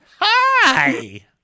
Hi